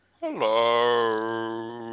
Hello